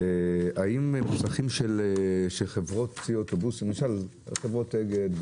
האם מוסכים של חברות אוטובוסים, למשל אגד,